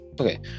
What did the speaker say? Okay